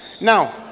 Now